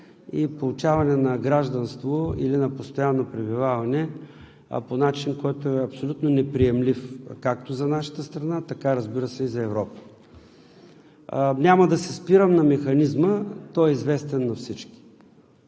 и получаване на гражданство или на постоянно пребиваване, а по начин, който е абсолютно неприемлив както за нашата страна, така, разбира се, и за Европа. Няма да се спирам на механизма. Той е известен на всички.